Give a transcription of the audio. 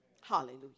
Hallelujah